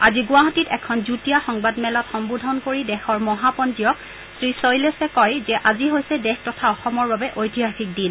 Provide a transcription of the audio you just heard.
আজি গুৱাহাটীত এখন যুটীয়া সংবাদমেলক সংবোধন কৰি দেশৰ মহাপঞ্জীয়ক শ্ৰীশৈলেশে কয় যে আজি হৈছে দেশ তথা অসমৰ বাবে ঐতিহাসিক দিন